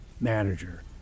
manager